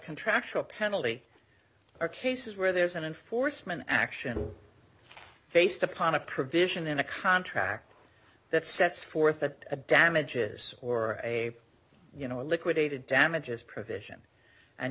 contractual penalty or cases where there's an enforcement action based upon a provision in a contract that sets forth that a damages or a you know a liquidated damages provision and